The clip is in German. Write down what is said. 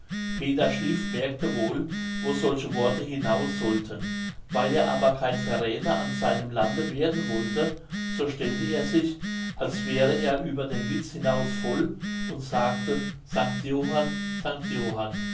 peter schlieff merkte wohl wo solche worte hinaus sollten weil er aber kein verräther an seinem lande werden wollte so stellte er sich als wäre er über den witz hinaus voll und sagte sanct johann sanct johann